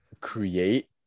create